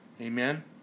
Amen